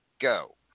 Go